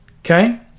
okay